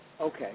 Okay